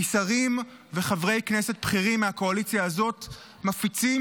כי שרים וחברי כנסת בכירים מהקואליציה הזאת מפיצים